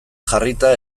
jarrita